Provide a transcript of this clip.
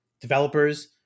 Developers